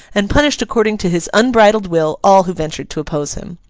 and punished according to his unbridled will all who ventured to oppose him.